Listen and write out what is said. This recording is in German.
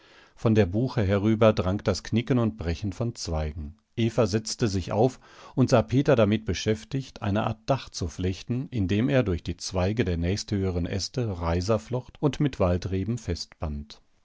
von der buche herüber drang das knicken und brechen von zweigen eva setzte sich auf und sah peter damit beschäftigt eine art dach zu flechten indem er durch die zweige der nächsthöheren äste reiser flocht und mit waldreben festband